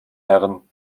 herren